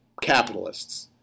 capitalists